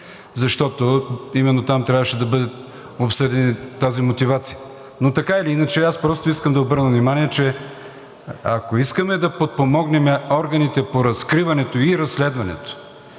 защото именно там трябваше да бъде обсъдена тази мотивация. Така или иначе аз просто искам да обърна внимание, че ако искаме да подпомогнем органите по разкриването и разследването